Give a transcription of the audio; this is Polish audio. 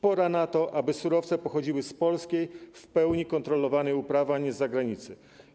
Pora na to, aby surowce pochodziły z polskiej, w pełni kontrolowanej uprawy, a nie z zagranicy.